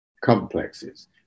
complexes